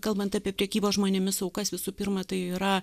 kalbant apie prekybos žmonėmis aukas visų pirma tai yra